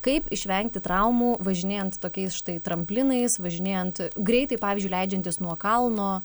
kaip išvengti traumų važinėjant tokiais štai tramplinais važinėjant greitai pavyzdžiui leidžiantis nuo kalno